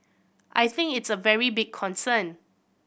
I think it's a very big concern